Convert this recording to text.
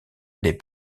des